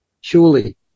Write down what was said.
Surely